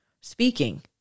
speaking